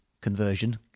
conversion